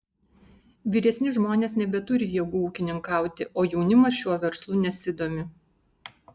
vyresni žmonės nebeturi jėgų ūkininkauti o jaunimas šiuo verslu nesidomi